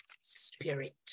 spirit